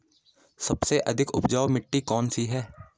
सबसे अधिक उपजाऊ मिट्टी कौन सी है?